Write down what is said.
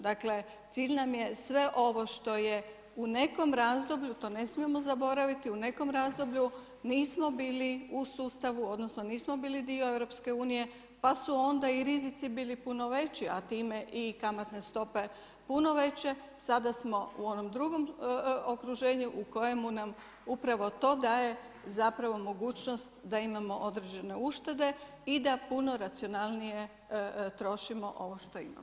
Dakle, cilj nam je sve ovo što je u nekom razdoblju, to ne smijemo zaboraviti, u nekom razdoblju, nismo bili u sustavu, odnosno nismo bili dio EU-a, pa smo onda i rizici bili puno veći, a time i kamatne stope puno veće, sada smo u onom drugom okruženju u kojemu nam upravo to daje zapravo mogućnost da imamo određene uštede i da puno racionalnije trošimo ovo što imamo.